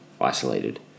isolated